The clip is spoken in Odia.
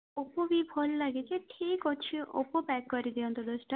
ଓପୋ ବି ଭଲ ଲାଗେ ଯେ ଠିକ୍ ଅଛି ଓପୋ ପ୍ୟାକ୍ କରିଦିଅନ୍ତୁ ଦଶଟା